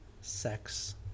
sex